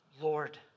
Lord